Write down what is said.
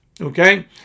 Okay